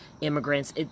Immigrants